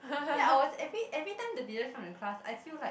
that I was every every time the teacher come in class I feel like